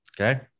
Okay